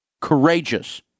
Courageous